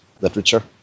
literature